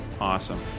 Awesome